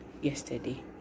yesterday